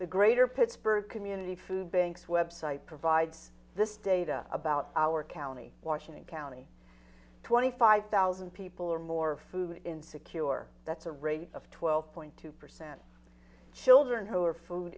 the greater pittsburgh community food banks website provides this data about our county washington county twenty five thousand people or more food insecure that's a rate of twelve point two percent children who are food